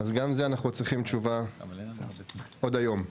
אז גם על זה אנחנו צריכים תשובה עוד היום.